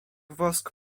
wosk